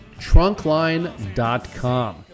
Trunkline.com